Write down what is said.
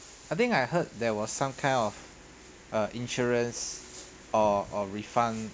I think I heard there was some kind of uh insurance or or refund